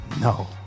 No